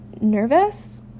nervous